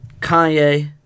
Kanye